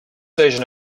version